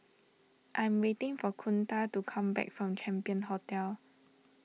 I'm waiting for Kunta to come back from Champion Hotel